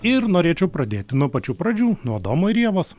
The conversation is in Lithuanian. ir norėčiau pradėti nuo pačių pradžių nuo adomo ir ievos